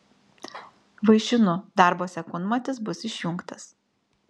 vaišinu darbo sekundmatis bus išjungtas